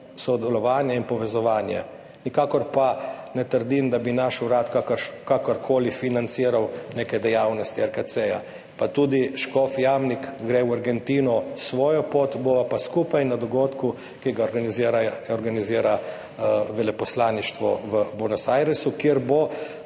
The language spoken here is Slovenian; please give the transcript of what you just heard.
sodelovanje in povezovanje. Nikakor pa ne trdim, da bi naš urad kakorkoli financiral neke dejavnosti RJC. Pa tudi škof Jamnik gre v Argentino svojo pot, bova pa skupaj na dogodku, ki ga organizira veleposlaništvo v Buenos Airesu, kjer bo